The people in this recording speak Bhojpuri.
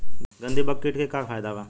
गंधी बग कीट के का फायदा बा?